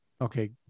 Okay